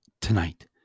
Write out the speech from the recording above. tonight